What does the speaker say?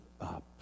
up